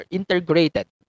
integrated